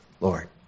Lord